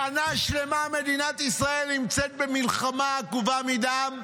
שנה שלמה מדינת ישראל נמצאת במלחמה עקובה מדם: